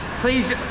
Please